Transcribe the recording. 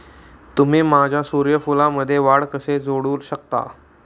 तुम्ही माझ्या सूर्यफूलमध्ये वाढ कसे जोडू शकता?